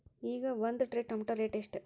ಈಗ ಒಂದ್ tray tomato rate ಎಷ್ಟ?